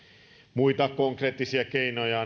muita konkreettisia keinoja